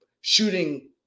shooting